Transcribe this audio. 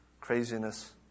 craziness